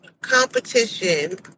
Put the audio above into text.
Competition